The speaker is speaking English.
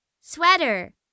Sweater